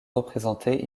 représenté